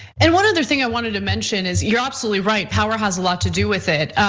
and one other thing i wanted to mention is, you're absolutely right power has a lot to do with it.